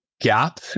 gap